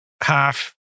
half